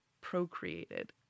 procreated